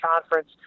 conference